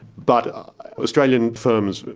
but australian firms,